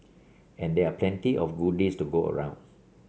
and there are plenty of goodies to go around